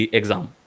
exam